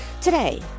Today